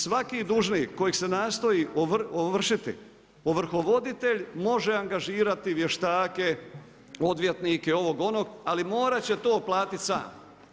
Svaki dužnik kojeg se nastoji ovršiti, ovrhovoditelj može angažirati vještake, odvjetnike, ovo, onog, ali morat će to platiti sam.